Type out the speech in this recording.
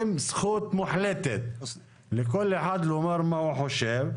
זכות מוחלטת לכל אחד לומר מה הוא חושב,